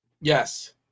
Yes